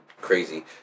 crazy